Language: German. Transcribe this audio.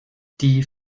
die